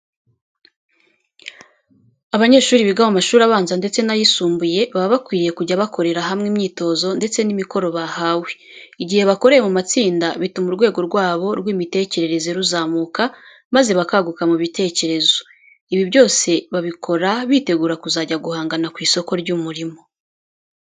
Abanyeshuri biga mu mashuri abanza ndetse n'ayisumbuye baba bakwiriye kujya bakorera hamwe imyitozo ndetse n'imikoro bahawe. Igihe bakoreye mu matsinda bituma urwego rwabo rw'imitekerereze ruzamuka maze bakaguka mu bitekerezo. Ibi byose babikora bitegura kuzajya guhangana ku isoko ry'umurimo.